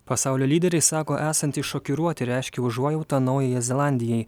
pasaulio lyderiai sako esantys šokiruoti reiškia užuojautą naujajai zelandijai